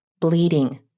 bleeding